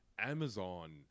Amazon